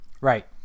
right